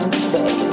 today